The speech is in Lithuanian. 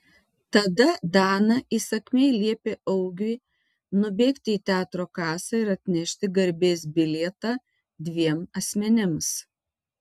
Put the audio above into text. tada dana įsakmiai liepė augiui nubėgti į teatro kasą ir atnešti garbės bilietą dviem asmenims